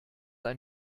ein